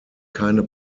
keine